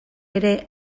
ere